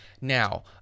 now